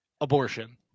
abortion